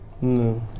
No